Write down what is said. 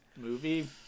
movie